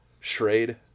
Shrade